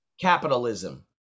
capitalism